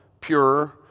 pure